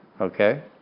Okay